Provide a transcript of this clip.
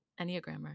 Enneagrammer